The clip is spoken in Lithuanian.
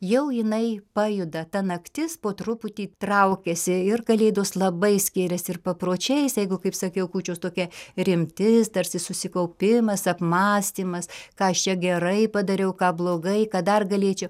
jau jinai pajuda ta naktis po truputį traukiasi ir kalėdos labai skiriasi ir papročiais jeigu kaip sakiau kūčios tokia rimtis tarsi susikaupimas apmąstymas ką aš čia gerai padariau ką blogai ką dar galėčiau